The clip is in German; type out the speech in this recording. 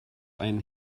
ein